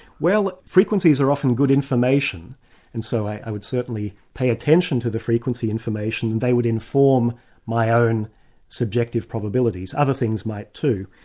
well frequencies are often good information and so i would certainly pay attention to the frequency information. they would inform my own subjective probabilities. other things might, too.